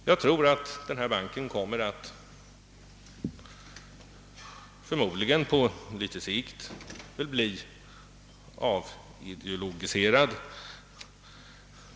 Jag tror att denna bank förmodligen på litet sikt kommer att bli avideologiserad.